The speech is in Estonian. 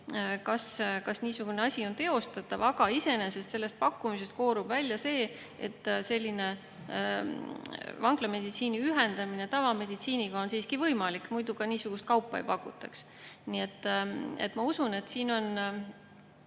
kas niisugune asi on teostatav. Iseenesest sellest pakkumisest koorub välja see, et vanglameditsiini ühendamine tavameditsiiniga on siiski võimalik, muidu ka niisugust kaupa ei pakutaks. Nii et ma usun, et siin võib